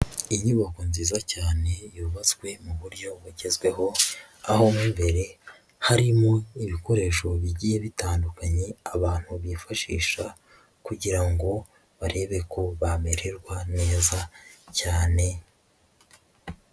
Iyi nyubako nziza cyane yubatswe mu buryo bugezweho, aho mo imbere harimo ibikoresho bigiye bitandukanye abantu bifashisha kugira ngo barebe ko bamererwa neza cyane.